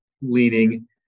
leaning